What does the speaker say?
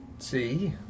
see